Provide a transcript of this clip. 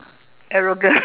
arrogant